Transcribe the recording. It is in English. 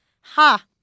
ha